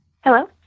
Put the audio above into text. Hello